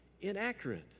inaccurate